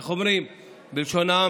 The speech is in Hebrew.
איך אומרים בלשון העם?